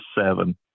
seven